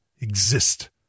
exist